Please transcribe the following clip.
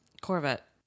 Corvette